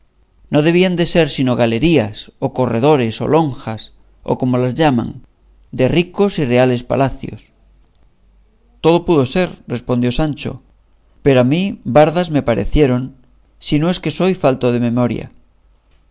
no debían de ser sino galerías o corredores o lonjas o como las llaman de ricos y reales palacios todo pudo ser respondió sancho pero a mí bardas me parecieron si no es que soy falto de memoria